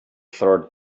third